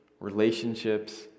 relationships